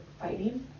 fighting